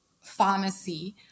pharmacy